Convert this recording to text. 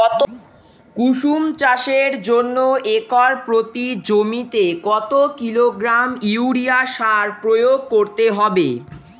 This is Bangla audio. কুসুম চাষের জন্য একর প্রতি জমিতে কত কিলোগ্রাম ইউরিয়া সার প্রয়োগ করতে হবে?